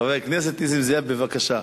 חבר הכנסת נסים זאב, בבקשה.